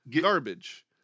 garbage